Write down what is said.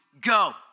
go